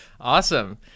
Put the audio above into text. Awesome